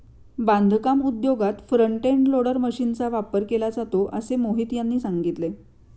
बांधकाम उद्योगात front end loader मशीनचा वापर केला जातो असे मोहित यांनी सांगितले